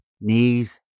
knees